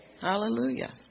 Hallelujah